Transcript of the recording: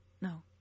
no